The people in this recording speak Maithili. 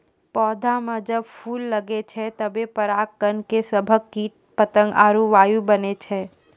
पौधा म जब फूल लगै छै तबे पराग कण के सभक कीट पतंग आरु वायु बनै छै